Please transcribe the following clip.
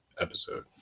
episode